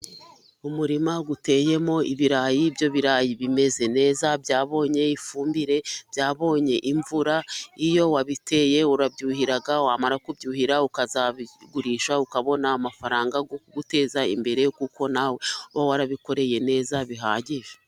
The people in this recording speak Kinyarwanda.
Umurima uteyemo ibirayi, ibyo birayi bimeze neza byabonye ifumbire byabonye imvura, iyo wabiteye urabyuhira wamara kubyuhira ukazabigurisha ukabona amafaranga, yo kuguteza imbere kuko nawe uba warabikoreye neza bihagije.